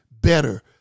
better